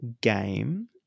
game